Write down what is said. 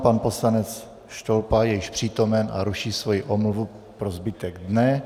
Pan poslanec Štolpa je již přítomen a ruší svoji omluvu pro zbytek dne.